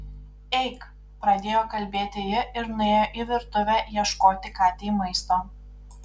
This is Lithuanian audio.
eik pradėjo kalbėti ji ir nuėjo į virtuvę ieškoti katei maisto